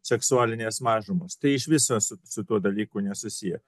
seksualinės mažumos tai iš viso su su tuo dalyku nesusiję